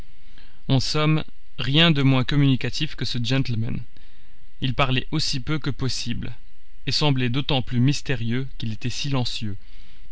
en somme rien de moins communicatif que ce gentleman il parlait aussi peu que possible et semblait d'autant plus mystérieux qu'il était silencieux